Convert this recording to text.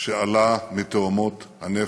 שעלה מתהומות הנפש.